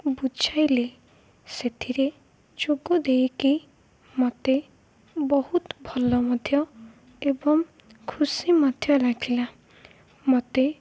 ବୁଝାଇଲେ ସେଥିରେ ଯୋଗ ଦେଇକି ମତେ ବହୁତ ଭଲ ମଧ୍ୟ ଏବଂ ଖୁସି ମଧ୍ୟ ଲଖିଲା ମତେ